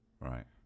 Right